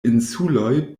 insuloj